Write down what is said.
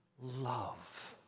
love